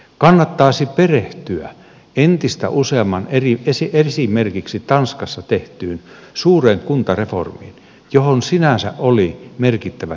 kannattaisi perehtyä esimerkiksi tanskassa tehtyyn suureen kuntareformiin jolle sinänsä oli merkittävät perusteet